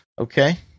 Okay